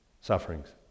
sufferings